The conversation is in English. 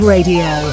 Radio